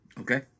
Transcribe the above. Okay